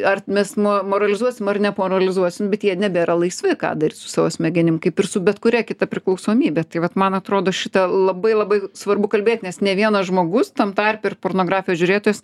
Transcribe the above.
ar mes mo moralizuosim ar nemoralizuosim bet jie nebėra laisvi ką daryt su savo smegenim kaip ir su bet kuria kita priklausomybe tai vat man atrodo šita labai labai svarbu kalbėt nes ne vienas žmogus tam tarpe ir pornografijos žiūrėtojas